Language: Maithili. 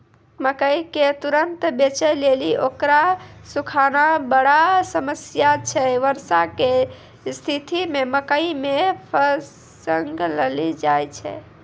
मकई के तुरन्त बेचे लेली उकरा सुखाना बड़ा समस्या छैय वर्षा के स्तिथि मे मकई मे फंगस लागि जाय छैय?